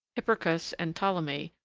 hipparchus, and ptolemy,